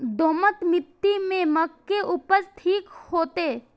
दोमट मिट्टी में मक्के उपज ठीक होते?